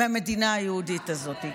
מהמדינה היהודית הזאת.